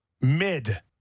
Mid